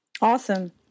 Awesome